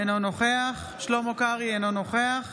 אינו נוכח שלמה קרעי, אינו נוכח